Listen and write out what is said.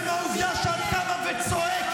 חבורה של מושחתים.